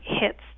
hits